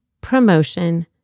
promotion